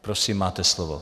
Prosím, máte slovo.